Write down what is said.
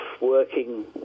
working